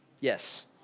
Yes